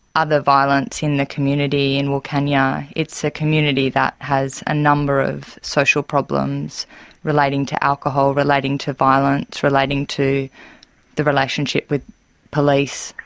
other violence in the community in wilcannia. it's a community that has a number of social problems relating to alcohol, relating to violence, relating to the relationship with police.